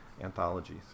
anthologies